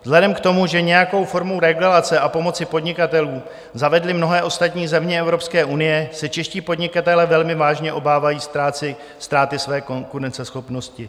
Vzhledem k tomu, že nějakou formu regulace a pomoci podnikatelům zavedly mnohé ostatní země Evropské unie, se čeští podnikatelé velmi vážně obávají ztráty své konkurenceschopnosti.